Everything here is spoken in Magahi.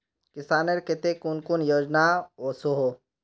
किसानेर केते कुन कुन योजना ओसोहो?